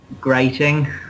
grating